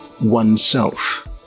oneself